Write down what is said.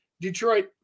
Detroit